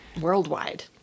Worldwide